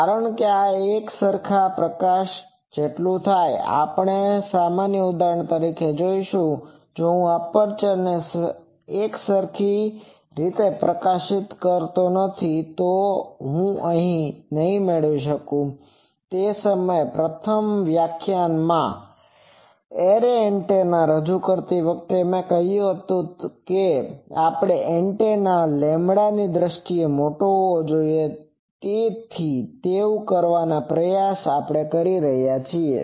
કારણ કે આ એકસરખા પ્રકાશ માટે થાય છે આપણે અન્ય ઉદાહરણો જોશું જો હું એપ્રેચર ને એકસરખી રીતે પ્રકાશિત કરતો નથી તો હું આ નહીં મેળવી શકું તે સમયે પ્રથમ વ્યાખ્યાનમાં એરે એન્ટેના રજૂ કરતી વખતે મેં કહ્યું કે આપણે એન્ટેના લેમ્બડા λ ની દ્રષ્ટિએ મોટો હોવો જોઈએ તેવું કરવાનો પ્રયાસ કરીએ છીએ